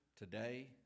Today